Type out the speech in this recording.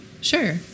Sure